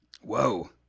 Whoa